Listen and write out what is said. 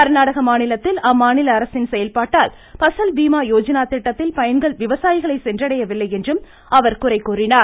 கர்நாடக மாநிலத்தில் அம்மாநில அரசின் செயல்பட்டால் பசல் பீமா யோஜனா திட்டத்தில் பயன்கள் விவசாயிகளை சென்றடைய வில்லை என்றும் அவர் குறைகூறினார்